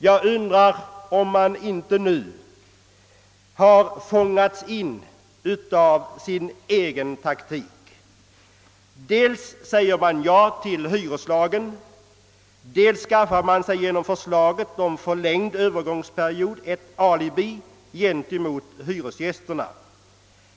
Jag undrar om man inte nu har fångats in i sin egen taktik. Dels säger man ja till hyreslagen, dels skaffar man sig genom förslaget om förlängd övergångsperiod ett alibi gentemot hyresgästerna.